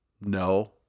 No